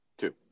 Two